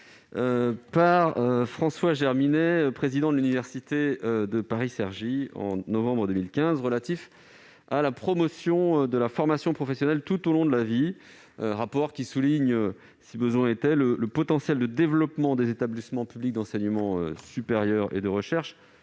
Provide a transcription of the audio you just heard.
-par François Germinet, président de l'université de Paris-Cergy, en novembre 2015, sur la promotion de la formation professionnelle tout au long de la vie. Ce rapport soulignait, si besoin était, le potentiel de développement des établissements publics d'enseignement supérieur et de recherche